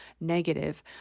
negative